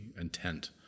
intent